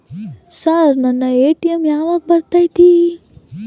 Sir ನನ್ನ ATM ಯಾವಾಗ ಬರತೈತಿ?